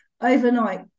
overnight